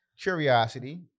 Curiosity